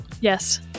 Yes